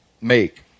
make